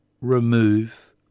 remove